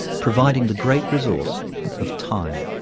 providing the great resource of time.